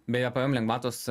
beje pvm lengvatos